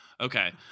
Okay